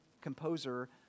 composer